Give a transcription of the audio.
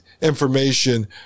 information